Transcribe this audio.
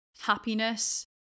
happiness